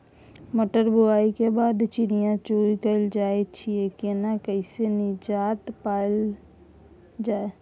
मटर बुआई के बाद चिड़िया चुइग जाय छियै केना ऐसे निजात पायल जाय?